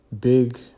big